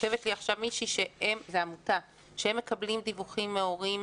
כותבת לי עכשיו מישהי מעמותה שהם מקבלים דיווחים מהורים